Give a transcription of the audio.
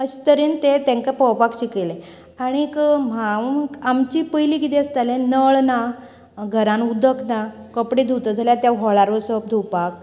अशें तरेन तें तेंका पोंवपाक शिकयलें आनीक हांव आमची पयलीं कितें आसतालें नळ ना घरांत उदक ना कपडे धुता जाल्यार त्या व्होळांत वचप धुवपाक